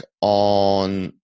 on